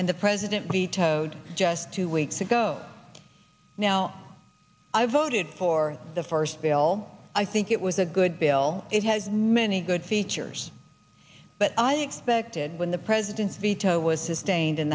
and the president vetoed just two weeks ago now i voted for the first bill i think it was a good bill it has many good features but i expected when the president's veto it was sustained in